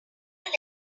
real